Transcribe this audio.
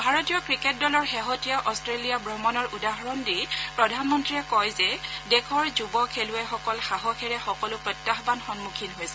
ভাৰতীয় ক্ৰিকেট দলৰ শেহতীয়া অট্টেলিয়া ভ্ৰমণৰ উদাহৰণ দি প্ৰধানমন্ত্ৰীয়ে কয় যে দেশৰ যুৱ খেলুৱৈসকল সাহসেৰে সকলো প্ৰত্যাহানৰ সন্মুখীন হৈছে